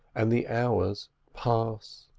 and the hours pass.